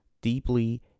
deeply